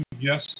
Yes